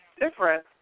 Different